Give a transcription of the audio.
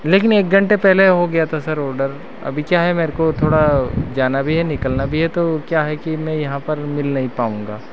लेकिन एक घंटे पहले हो गया था सर ओडर अभी क्या है मेरे को थोड़ा जाना भी है निकलना भी है तो क्या है कि मैं यहाँ पर मिल नहीं पाऊंगा